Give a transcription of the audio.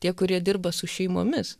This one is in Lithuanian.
tie kurie dirba su šeimomis